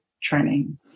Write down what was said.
training